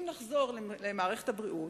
אם נחזור למערכת הבריאות,